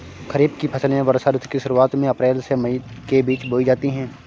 खरीफ की फसलें वर्षा ऋतु की शुरुआत में अप्रैल से मई के बीच बोई जाती हैं